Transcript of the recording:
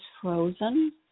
frozen